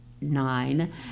Nine